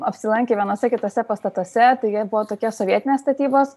apsilankę vienuose kituose pastatuose tai jie buvo tokie sovietinės statybos